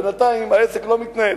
בינתיים העסק לא מתנהל.